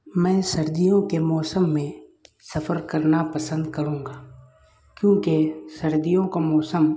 میں سردیوں کے موسم میں سفر کرنا پسند کروں گا کیونکہ سردیوں کا موسم